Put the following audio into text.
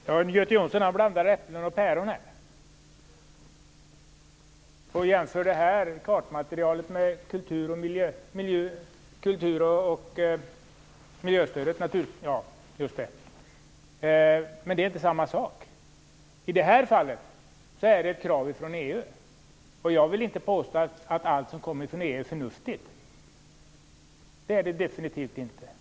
Herr talman! Göte Jonsson blandar ihop äpplen och päron när han jämför det här kartmaterialet med miljöstödet. Det är inte samma sak. I det här fallet är det ett krav från EU. Jag vill inte påstå att allt som kommer från EU är förnuftigt. Det är det definitivt inte.